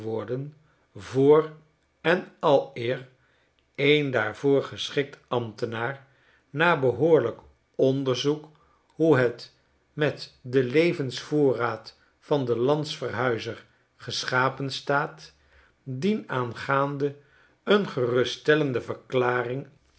voor en aleer een daarvoor geschikt ambtenaar na behoorlijk onderzoek hoe het met den levensvoorraad van den landverhuizer geschapen staat dienaangaande een geruststellende verklaring